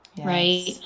right